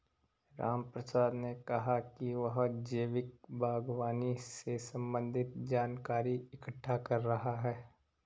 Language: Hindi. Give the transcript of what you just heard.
रामप्रसाद ने कहा कि वह जैविक बागवानी से संबंधित जानकारी इकट्ठा कर रहा है